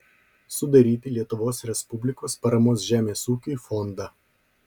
sudaryti lietuvos respublikos paramos žemės ūkiui fondą